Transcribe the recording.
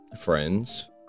friends